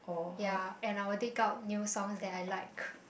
ya and I will dig out new songs that I like